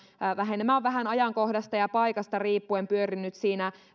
vähenemä on vähän ajankohdasta ja paikasta riippuen pyörinyt siinä